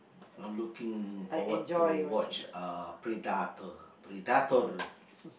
I'm looking forward to watch uh Predator Predator